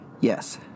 Yes